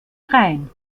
rhein